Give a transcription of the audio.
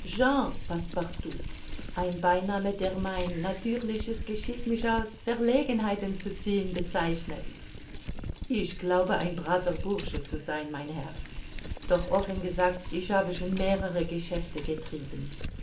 passepartout ein beiname der mein natürliches geschick mich aus verlegenheiten zu ziehen bezeichnet ich glaube ein braver bursche zu sein mein herr doch offen gesagt ich habe schon mehrere geschäfte getrieben